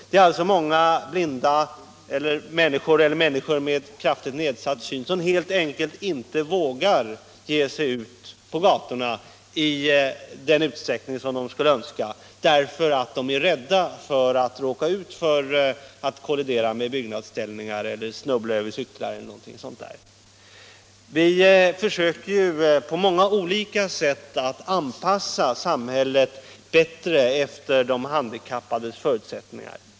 Det är många blinda och människor med kraftigt nedsatt syn som helt enkelt inte vågar ge sig ut på gatorna i den utsträckning som de skulle önska, därför att de är rädda för att kollidera med byggnadsställningar, snubbla över cyklar e. d. Vi försöker på många olika sätt anpassa samhället bättre till de handikappades förutsättningar.